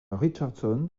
richardson